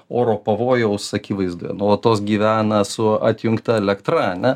oro pavojaus akivaizdoje nuolatos gyvena su atjungta elektra ane